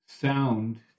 sound